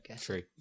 true